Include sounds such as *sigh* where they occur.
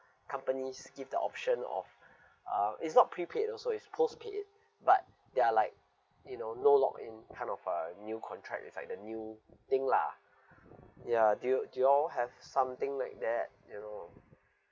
companies give the option of *breath* uh is not prepaid and also is postpaid it but they are like you know no lock in kind of a new contract it's like the new thing lah ya do you do you all have something like that you know